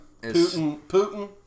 Putin